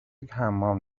حمام